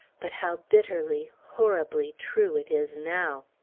but how bitterly, horribly true it is now!